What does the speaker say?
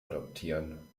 adoptieren